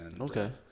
Okay